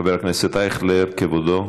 חבר הכנסת אייכלר, כבודו.